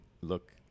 look